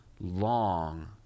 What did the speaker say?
long